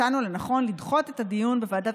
מצאנו לנכון לדחות את הדיון בוועדת